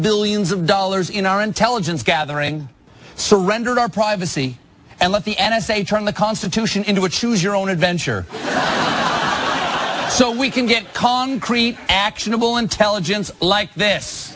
millions of dollars in our intelligence gathering surrendered our privacy and let the n s a turn the constitution into a choose your own adventure so we can get concrete actionable intelligence like this